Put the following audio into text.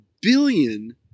billion